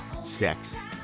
Sex